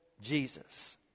Jesus